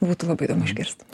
būtų labai įdomu išgirst